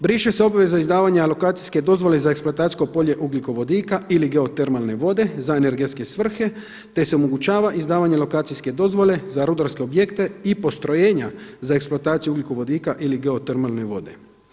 Briše se obveza izdavanja alokacijske dozvole za eksploatacijsko polje ugljikovodika ili geotermalne vode za energetske svrhe, te se omogućava izdavanje lokacijske dozvole za rudarske objekte i postrojenja za eksploataciju ugljikovodika ili geotermalne vode.